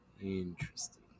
Interesting